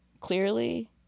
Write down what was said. clearly